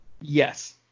yes